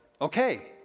Okay